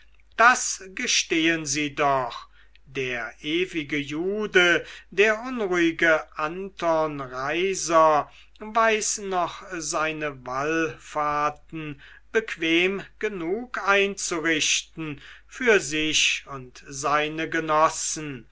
das gestehen sie doch der ewige jude der unruhige anton reiser weiß noch seine wallfahrten bequem genug einzurichten für sich und seine genossen